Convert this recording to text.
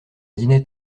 dînait